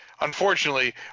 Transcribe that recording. unfortunately